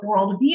worldview